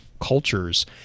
cultures